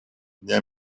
дня